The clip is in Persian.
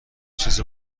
چیز